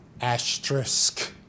Asterisk